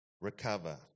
recover